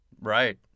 Right